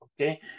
okay